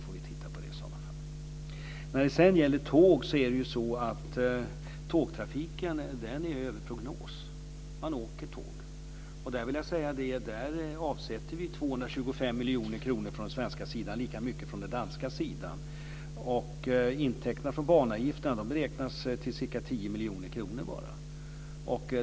I så fall får vi titta på det. Tågtrafiken är över prognos. Man åker tåg. Vi avsätter 225 miljoner kronor från den svenska sidan och lika mycket från den danska sidan. Intäkterna från banavgifterna beräknas till bara ca 10 miljoner kronor.